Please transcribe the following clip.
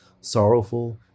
sorrowful